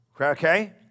Okay